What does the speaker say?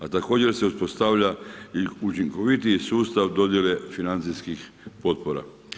A također se uspostavlja i učinkovitiji sustav dodjele financijskih potpora.